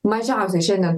mažiausiai šiandien